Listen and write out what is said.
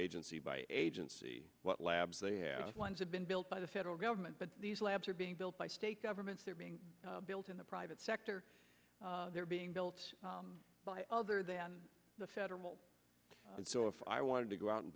agency by agency what labs they have once have been built by the federal government but these labs are being built by state governments they're being built in the private sector they're being built by other than the federal so if i wanted to go out and